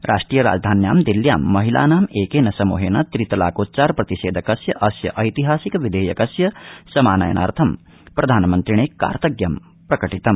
राष्ट्रिय राजधान्यां दिल्लयां महिलानामेकेन समूहेन त्रितलाकोच्चार प्रतिषेधकस्य अस्य ऐतिहासिक विधेयकस्य समानयनाथं प्रधानमंत्रिने कार्तज्ञयं प्रकटितम्